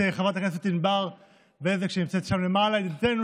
זאת על השתתפותם באמצעות אמצעים טכנולוגיים של היוועדות חזותית,